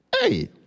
Hey